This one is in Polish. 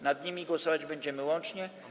Nad nimi głosować będziemy łącznie.